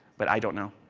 but i don't know.